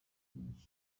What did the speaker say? nyinshi